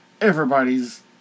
everybody's